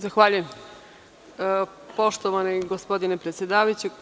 Zahvaljujem poštovani gospodine predsedavajući.